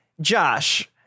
Josh